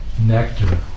nectar